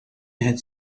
had